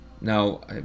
Now